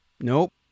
Nope